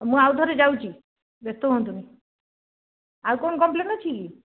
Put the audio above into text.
ମୁଁ ଆଉ ଥରେ ଯାଉଛି ବ୍ୟସ୍ତ ହୁଅନ୍ତୁନି ଆଉ କ'ଣ କମ୍ପ୍ଲେନ୍ ଅଛି କି